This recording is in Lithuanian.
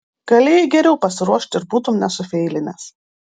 galėjai geriau pasiruošt ir būtum nesufeilinęs